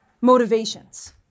motivations